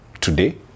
today